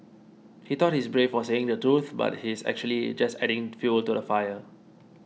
he thought he's brave for saying the truth but he's actually just adding fuel to the fire